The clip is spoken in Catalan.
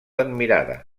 admirada